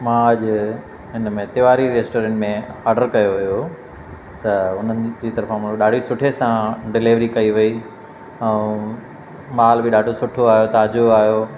मां अॼु हिनमें तिवारी रेस्टोरेंट ऑडर कयो हुयो त उननि जी तरफां मां ॾाढी सुठे सां डिलेवरी कई हुई माल बि ॾाढो सुठो आयो ताज़ो आयो